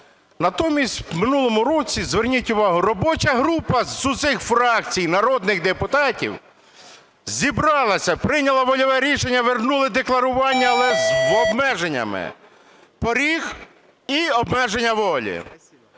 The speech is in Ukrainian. Натомість в минулому році, зверніть увагу, робоча група з усіх фракцій народних депутатів зібралася, прийняла вольове рішення, вернули декларування, але з обмеженнями: поріг і обмеження волі.